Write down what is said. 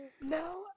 No